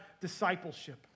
discipleship